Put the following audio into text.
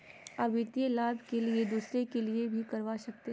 आ वित्तीय लाभ के लिए दूसरे के लिए भी करवा सकते हैं?